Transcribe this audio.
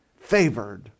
favored